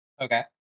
Okay